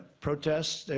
protests.